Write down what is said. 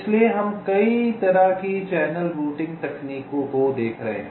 इसलिए हम कई तरह की चैनल रूटिंग तकनीकों को देख रहे हैं